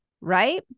right